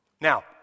Now